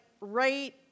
right